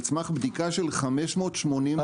על סמך בדיקה של 580 סניפים.